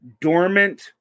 dormant